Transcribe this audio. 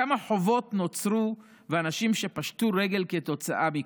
כמה חובות נוצרו ואנשים פשטו רגל כתוצאה מכך,